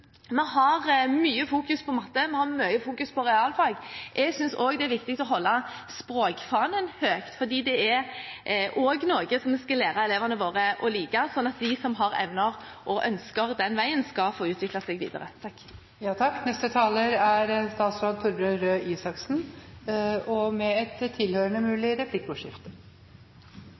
Vi har mye fokus på matte, vi har mye fokus på realfag; jeg synes også det er viktig å holde språkfanen høyt, for dette er også noe som vi skal lære elevene våre å like, slik at de som har evner og ønsker å gå den veien, skal få utvikle seg videre. Slik jeg klarer å forstå komitémerknadene, sies det at komiteen støtter at regjeringen nå vil gjøre faget til et